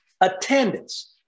Attendance